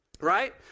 right